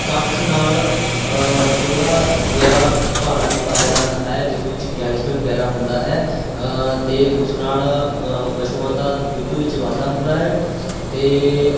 ਕੱਖ ਨਾਲ਼ ਥੋੜ੍ਹਾ ਜਿਹਾ ਭਾੜਾ ਵੀ ਪਾਇਆ ਜਾਂਦਾ ਹੈ ਜਿਸ ਵਿੱਚ ਕੈਲਸ਼ੀਅਮ ਵਗੈਰਾ ਹੁੰਦਾ ਹੈ ਅਤੇ ਉਸ ਨਾਲ਼ ਪਸ਼ੂਆਂ ਦਾ ਦੁੱਧ ਵਿੱਚ ਵਾਧਾ ਹੁੰਦਾ ਹੈ ਅਤੇ